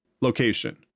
Location